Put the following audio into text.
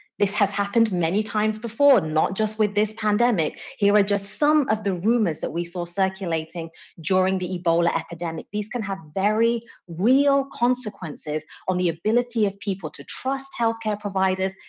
this has happened many times before, not just with this pandemic. here are just some of the rumors that we saw circulating during the ebola epidemic. these can have very real consequences on the ability of people to trust healthcare providers,